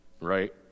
right